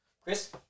Chris